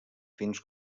fins